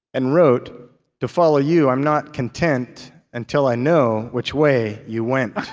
and wrote to follow you, i am not content until i know which way you went.